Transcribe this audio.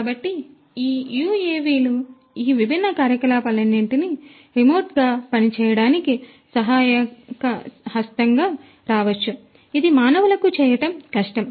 కాబట్టి యుఎవిలు ఈ విభిన్న కార్యకలాపాలన్నింటినీ రిమోట్గా చేయడానికి సహాయక హస్తంగా రావచ్చు ఇది మానవులకు చేయటం కష్టం